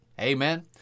amen